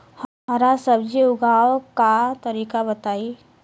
हरा सब्जी उगाव का तरीका बताई?